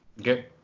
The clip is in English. Okay